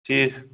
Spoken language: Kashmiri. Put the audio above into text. ٹھیٖک